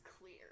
clear